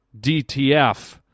DTF